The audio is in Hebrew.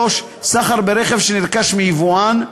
3. סחר ברכב שנרכש מיבואן,